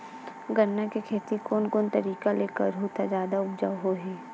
गन्ना के खेती कोन कोन तरीका ले करहु त जादा उपजाऊ होही?